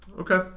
Okay